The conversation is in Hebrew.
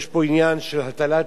יש פה עניין של הטלת